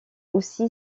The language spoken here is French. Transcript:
aussi